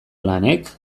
lanek